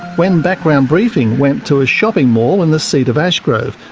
when background briefing went to a shopping mall in the seat of ashgrove,